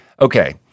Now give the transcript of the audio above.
Okay